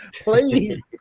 Please